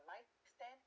my stand